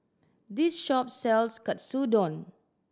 this shop sells Katsudon